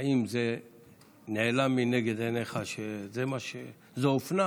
האם זה נעלם מנגד עיניך שזה הפך להיות אופנה,